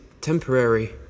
temporary